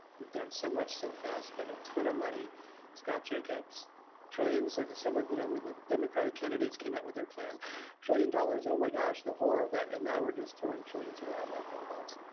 we've done so much so fast, but a ton of money scott jacobs trillions of someone, you know when the democratic candidates came out with their plans trillion dollars oh my gosh, the horror of that and now we're just throwing trillions around like gumballs